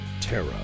Terra